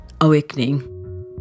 Awakening